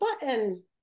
button